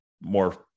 more